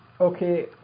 Okay